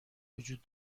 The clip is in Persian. وجود